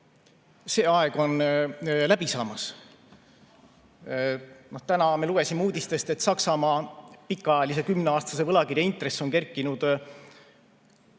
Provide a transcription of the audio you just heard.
on läbi saamas. Täna me lugesime uudistest, et Saksamaa pikaajalise, kümneaastase võlakirja intress on kerkinud